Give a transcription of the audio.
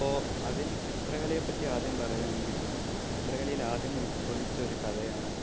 അപ്പോള് അതില് ചിത്രകലയെ പറ്റി ആദ്യം പറയുവാണെങ്കില് ചിത്രകലയില് ആദ്യം ഉത്ഭവിച്ച ഒരു കലയാണ്